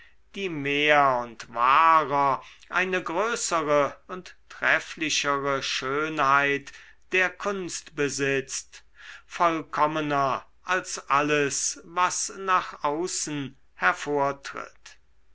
die mehr und wahrer eine größere und trefflichere schönheit der kunst besitzt vollkommener als alles was nach außen hervortritt